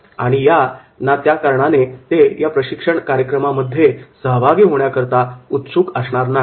आणि या ना त्या कारणामुळे ते या प्रशिक्षण कार्यक्रमामध्ये उत्सुक असणार नाही